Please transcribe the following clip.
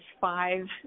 five